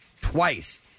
twice